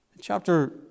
Chapter